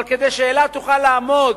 אבל כדי שאילת תוכל לעמוד